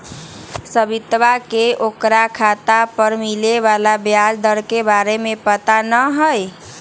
सवितवा के ओकरा खाता पर मिले वाला ब्याज दर के बारे में पता ना हई